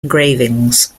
engravings